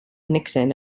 nixon